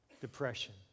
depression